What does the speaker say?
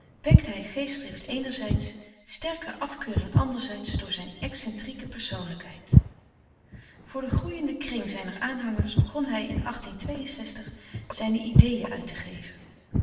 wekte hij geestdrift eenerzijds sterke afkeuring andererzijds door zijne excentrieke persoonlijkheid voor den groeienden kring zijner aanhangers begon hij in zijne ideen uit te geven